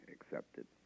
accepted